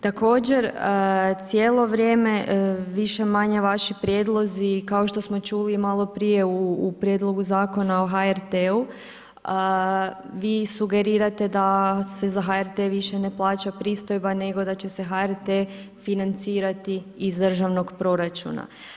Također, cijelo vrijeme više-manje vaši prijedlozi, kao što smo čuli malo prije u Prijedlogu zakona o HRT-u, vi sugerirate da se za HRT više ne plaća pristojba, nego da će se HRT financirati iz državnog proračuna.